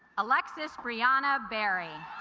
alexis brianna berry